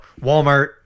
Walmart